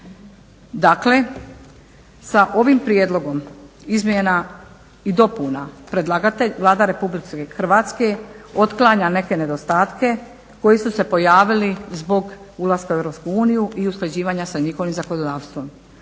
Dakle, sa ovim prijedlogom izmjena i dopuna predlagatelj Vlada RH otklanja neke nedostatke koje su se pojavile zbog ulaska u EU i usklađivanja sa njihovim zakonodavstvom.